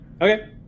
Okay